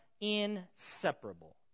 inseparable